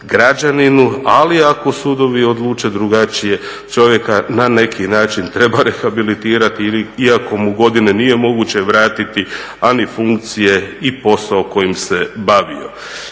ali ako sudovi odluče drugačije, čovjeka na neki način treba rehabilitirati iako mu godine nije moguće vratiti, a ni funkcije i posao kojim se bavio.